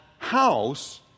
House